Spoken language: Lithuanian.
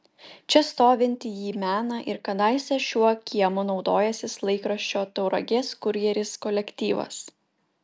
čia stovintį jį mena ir kadaise šiuo kiemu naudojęsis laikraščio tauragės kurjeris kolektyvas